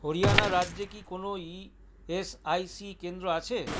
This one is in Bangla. হরিয়ানা রাজ্যে কি কোনও ইএসআইসি কেন্দ্র আছে